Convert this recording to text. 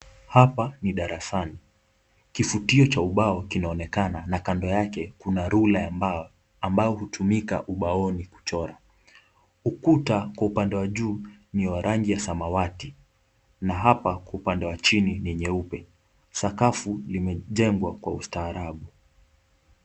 Hapa ni darasani. Kifutio cha ubao kinaonekana na kando yake kuna rula ya mbao ambayo hutumika ubaoni kuchora. Ukuta kwa upande wa juu ni wa rangi ya samawati na hapa kwa upande wa chini ni nyeupe. Sakafu limejengwa kwa ustaarabu.